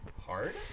Hard